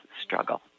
struggle